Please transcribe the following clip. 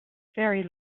very